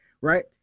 right